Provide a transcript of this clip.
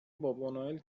بابانوئل